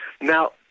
Now